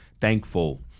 thankful